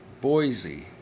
Boise